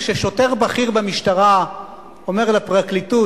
כששוטר בכיר במשטרה אומר לפרקליטות,